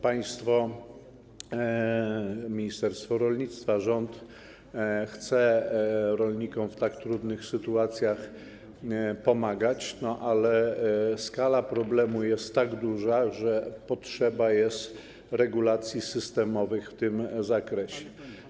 Państwo, ministerstwo rolnictwa, rząd chcą w tak trudnych sytuacjach pomagać, ale skala problemu jest tak duża, że potrzebne są regulacje systemowe w tym zakresie.